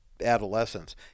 adolescence